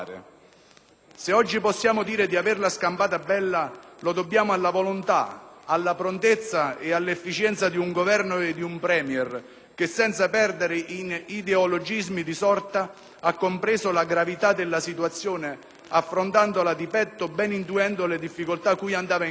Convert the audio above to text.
Se oggi possiamo dire di averla scampata bella, lo dobbiamo alla volontà, alla prontezza e all'efficienza di un Governo e di un *Premier* che, senza perdersi in ideologismi di sorta, ha compreso la gravità della situazione affrontandola di petto ben intuendo le difficoltà cui andiamo incontro,